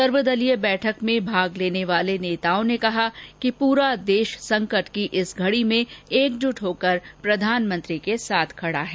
सर्वदलीय बैठक में भाग लेने वाले नेताओं ने कहा कि पूरा देश संकट की इस घड़ी में एकजुट होकर प्रधानमंत्री के साथ खड़ा है